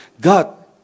god